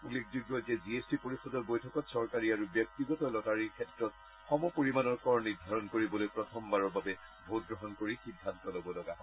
উল্লেখযোগ্য যে G S T পৰিষদৰ বৈঠকত চৰকাৰী আৰু ব্যক্তিগত লটাৰীৰ ক্ষেত্ৰত সম পৰিমাণৰ কৰ নিৰ্ধাৰণ কৰিবলৈ প্ৰথমবাৰৰ বাবে ভোট গ্ৰহণ কৰি সিদ্ধান্ত ল'ব লগা হয়